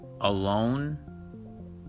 Alone